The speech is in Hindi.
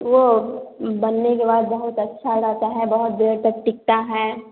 वो बनने के बाद बहुत अच्छा रहता है बहुत देर तक टिकता है